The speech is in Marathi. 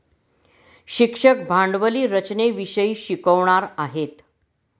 शिक्षक भांडवली रचनेविषयी शिकवणार आहेत